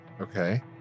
Okay